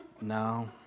No